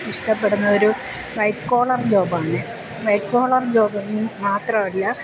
ഇഷ്ടപ്പെടുന്ന ഒരു white collar ജോബാണ് വൈറ്റ് കോളർ ജോബെന്ന് മാത്രമല്ല